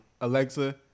Alexa